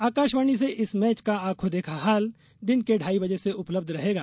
आकाशवाणी से इस मैच का आंखों देखा हाल दिन के ढाई बजे से उपलब्ध रहेगा